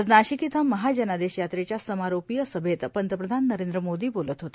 आज नाशिक इथं महाजनादेश यात्रेच्या समायेपिय सभेत पंतप्रधान वरेंद्र मोदी बोलत होते